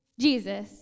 Jesus